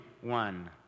one